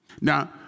now